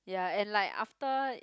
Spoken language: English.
ya and like after